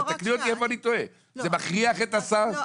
תקני אותי איפה אני טועה, זה מכריח את השר?